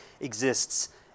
exists